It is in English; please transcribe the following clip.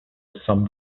some